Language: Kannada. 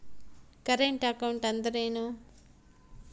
ಕರೆಂಟ್ ಅಕೌಂಟ್ ಅಂದರೇನು?